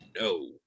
No